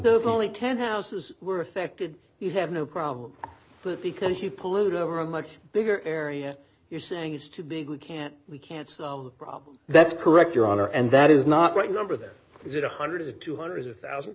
of only can houses were affected you have no problem because you pollute over a much bigger area you're saying it's too big we can't we can't solve the problem that's correct your honor and that is not right number that is it one hundred or two hundred thousand